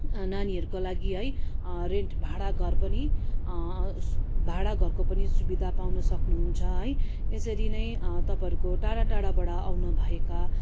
नानीहरूका लागि है रेन्ट भाडा घर पनि भाडा घरको पनि सुविधा पाउनु सक्नु हुन्छ है यसरी नै तपाईँहरूको टाडा टाडाबाट आउनु भएका